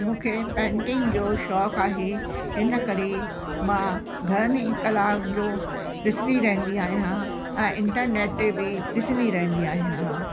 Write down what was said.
मूंखे पेंटिंग जो शौक़ु आहे इनकरे मां घणनि ई कलाउनि जो ॾिसंदी रहंदी आहियां ऐं इंटरनेट ते बि ॾिसंदी रहंदी आहियां